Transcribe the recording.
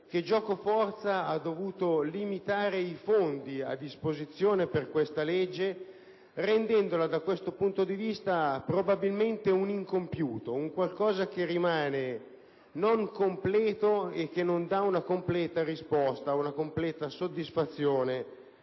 che giocoforza ha dovuto limitare i fondi a disposizione per questo disegno di legge, rendendolo da questo punto di vista probabilmente un incompiuto, un qualcosa che non dà una completa risposta e una completa soddisfazione